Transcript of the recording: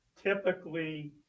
typically